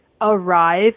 arrive